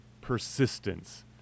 persistence